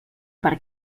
per